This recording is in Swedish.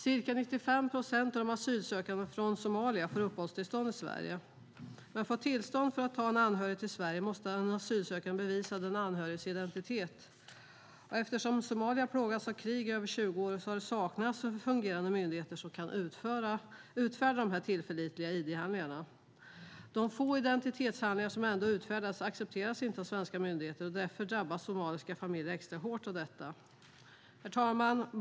Ca 95 procent av de asylsökande från Somalia får uppehållstillstånd i Sverige. Men för att få tillstånd för att ta en anhörig till Sverige måste den asylsökande bevisa den anhöriges identitet. Eftersom Somalia har plågats av krig i över 20 år saknas det fungerande myndigheter som kan utfärda sådana tillförlitliga ID-handlingar. De få identitetshandlingar som ändå utfärdas accepteras inte av svenska myndigheter. Därför drabbas somaliska familjer extra hårt. Herr talman!